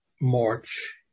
march